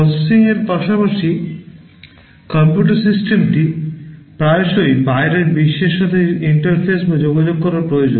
প্রসেসিংয়ের পাশাপাশি কম্পিউটার সিস্টেমটি প্রায়শই বাইরের বিশ্বের সাথে ইন্টারফেস বা যোগাযোগ করা প্রয়োজন